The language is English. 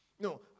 No